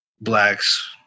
blacks